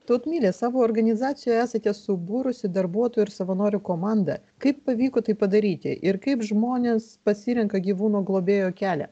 tautmile savo organizacijoje esate subūrusi darbuotojų ir savanorių komandą kaip pavyko tai padaryti ir kaip žmonės pasirenka gyvūnų globėjo kelią